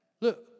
Look